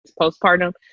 postpartum